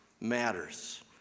matters